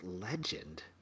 legend